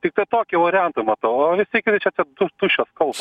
tik tai tokį variantą matau o visi kiti čia tik tu tuščios kalbos